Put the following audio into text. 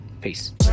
Peace